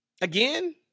again